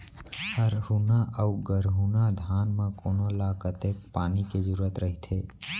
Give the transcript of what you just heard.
हरहुना अऊ गरहुना धान म कोन ला कतेक पानी के जरूरत रहिथे?